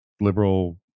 liberal